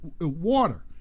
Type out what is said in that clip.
water